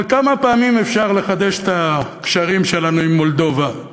אבל כמה פעמים אפשר לחדש את הקשרים שלנו עם מולדובה?